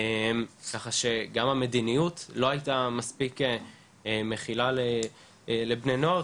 ככה שגם המדיניות לא הייתה מספיק מכילה לבני נוער,